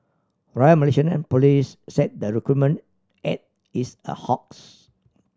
Royal Malaysian Police said the recruitment ad is a hoax